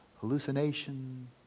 hallucination